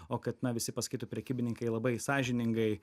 o kad na visi pasakytų prekybininkai labai sąžiningai